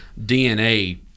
DNA